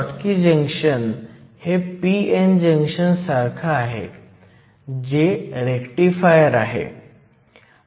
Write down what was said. मी समस्या क्रमांक 1 वर जाऊ आपल्याकडे एक सिलिकॉन pn जंक्शन आहे ज्यामध्ये 1017 डोनर cm 3 n क्षेत्र असलेला n क्षेत्र आहे